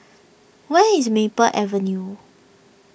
where is Maple Avenue